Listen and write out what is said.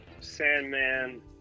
Sandman